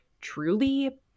truly